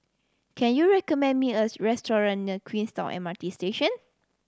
can you recommend me a restaurant near Queenstown M R T Station